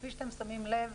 כפי שאתם שמים לב,